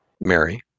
Mary